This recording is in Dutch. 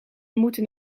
moeten